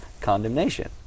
condemnation